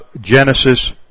Genesis